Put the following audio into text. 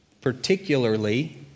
Particularly